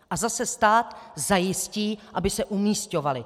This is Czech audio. A zase stát zajistí, aby se umísťovali.